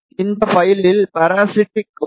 இந்த பைலில் பாராசெட்டிக் உள்ளது